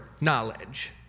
knowledge